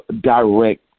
direct